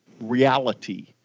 reality